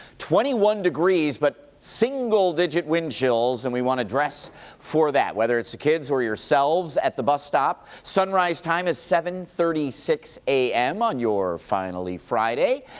twenty one degrees, but single-digit wind chills, and we want to dress for that, whether it's the kids or yourselves at the bus stop. sunrise time is seven thirty six a m. on your finally friday.